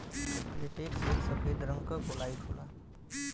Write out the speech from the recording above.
latex एक सफेद रंग क कोलाइड होला